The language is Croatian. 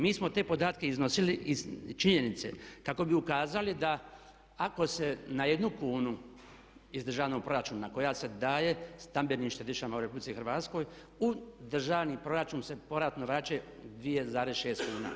Mi smo te podatke iznosili iz činjenice kako bi ukazali da ako se na 1 kunu iz državnog proračuna koja se daje stambenim štedišama u RH u državni proračun se povratno vraćaju 2,6 kuna.